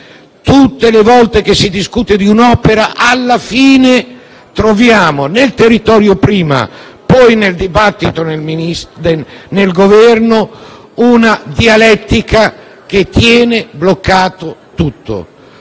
Tutte le volte che si discute di un'opera, alla fine troviamo, nel territorio prima, e nel dibattito in seno al Governo poi, una dialettica che tiene bloccato tutto.